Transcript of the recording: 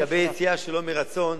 לגבי יציאה שלא מרצון,